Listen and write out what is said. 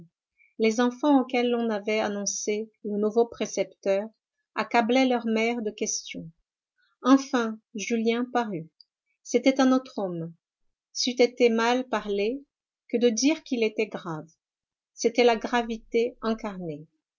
les enfants auxquels l'on avait annoncé le nouveau précepteur accablaient leur mère de questions enfin julien parut c'était un autre homme c'eût été mal parler que de dire qu'il était grave c'était la gravité incarnée